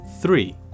three